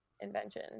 invention